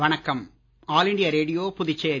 வணக்கம் all India radio Puducherry